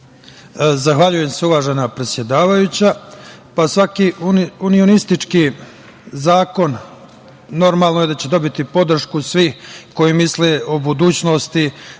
Zahvaljujem se, uvažena predsedavajuća. Svaki unionistički zakon normalno je da će dobiti podršku svih koji misle o budućnosti